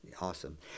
Awesome